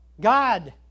God